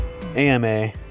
AMA